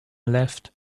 left